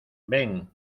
ven